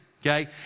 Okay